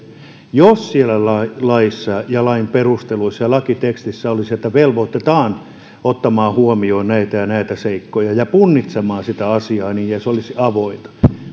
jos siellä laissa ja lain perusteluissa ja lakitekstissä olisi että velvoitetaan ottamaan huomioon näitä ja näitä seikkoja ja punnitsemaan sitä asiaa ja se olisi avointa